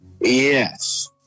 Yes